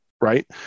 right